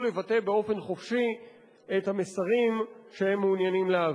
לבטא באופן חופשי את המסרים שהם מעוניינים להעביר.